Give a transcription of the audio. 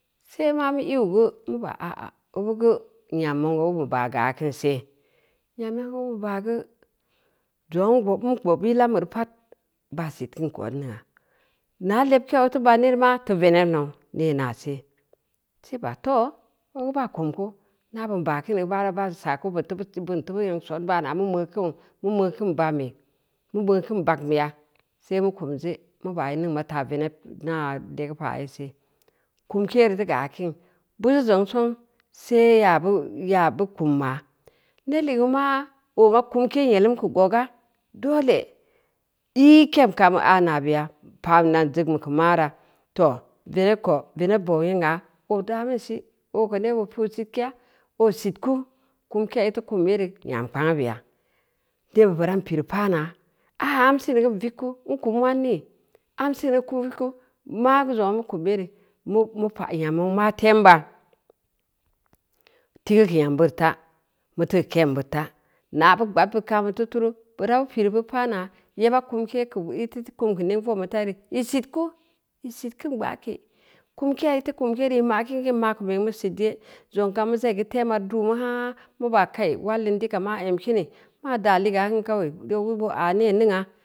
See mamu i’u geu, mu baa a’a obu geu nyam obube baaga kinse, nyam obu be baageu, zongua n bob yil ambe reu pad, baa sit keun geu odningna, naa lebkeya butees baan yere ma, teu veneb nou, nee na se, see baa too, oo baa kum ku, na bin ba kingu da bas aa ku bin teu bu nyong son baano mu meu kini, mu meu kin baube, mu meu kin bagubeya see bu kuwje, mu ba in ningn mot aa veneb aa legu paa yee see, kumke reu deu geu akin. Bureu zong song see yabu, yabu kumwa, ned ligeu bemu maa, ooma kumwa, ned ligeu bemu maa, ooma kumkee nyelum keu goga, dole n i ke’m kam nyana beya, pa’n yan zeugn bu keu mara, too, veneb ko, beneb ba’u nyengna, oo damin si, oo ko veneb oo pi’u sitkeya, oo sitku, kumke iteu kum gere ngam kpauguu beya, too barau pireu paana, aa amsineu geu n vig ku, n kum nwan nii, am sinu geu kum keu, maa geu zongua mu kum yere, mu pa’ nyam nwong maa temba, tee riam bobta mutti ke’m bid ta, na’bu gbaad bu kam bu teu turu, buru bu pireu bid pa’na, yeba kumke geu i teu kum keu neng vo’om bid ta yere, i sit ku, i sit kun gbaake, kamkeya i teu kum yere mako meegu mu sitje, zong kam mu za’i geu tema reu duu nuu haaa, mu ba kai wal in dika maa ambine? Maa da liga n kawe, boo geu ba aa nee ningna.